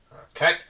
Okay